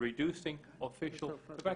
את הנושא.